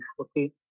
Okay